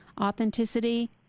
Authenticity